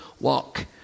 walk